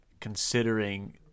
considering